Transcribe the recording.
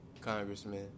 Congressman